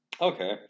Okay